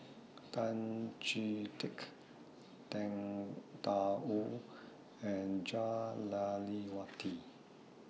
Tan Chee Teck Tang DA Wu and Jah Lelawati